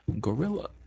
Gorilla